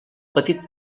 petit